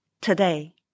Today